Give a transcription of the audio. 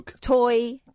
toy